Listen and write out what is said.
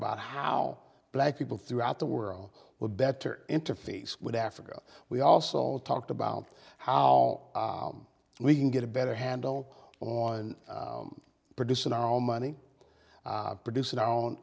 about how black people throughout the world were better interface with africa we also talked about how we can get a better handle on producing our own money producing our own